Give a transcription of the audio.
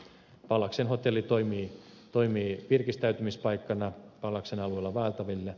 pallaksen hotelli toimii virkistäytymispaikkana pallaksen alueella vaeltaville